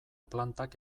plantak